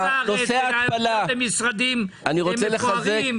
לנסוע לחוץ-לארץ ולשבת במשרדים מפוארים,